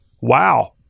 Wow